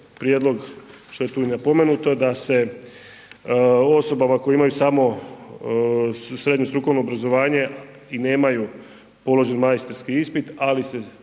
prijedlog što je tu i napomenuto, da se osobama koje imaju samo srednje strukovno obrazovanje i nemaju položen majstorski ispit, ali se